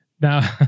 now